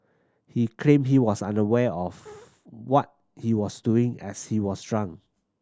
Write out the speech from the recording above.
he claimed he was unaware of what he was doing as he was drunk